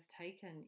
taken